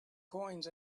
coins